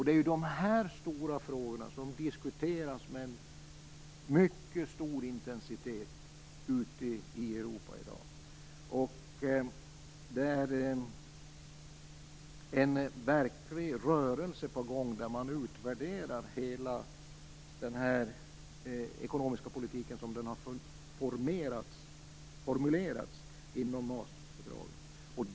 Det är de här stora frågorna som diskuteras med mycket stor intensitet ute i Europa i dag. Det är en verklig rörelse på gång, där man utvärderar hela den ekonomiska politiken som den har formulerats i Maastrichtfördraget.